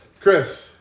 Chris